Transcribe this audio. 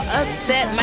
upset